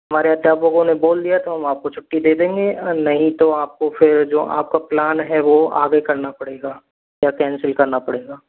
हमारे अध्यापकों ने बोल दिया तो हम आपको छुट्टी दे देंगे नहीं तो आपको फिर आपका जो प्लान है वो आगे करना पड़ेगा या कैंसिल करना पड़ेगा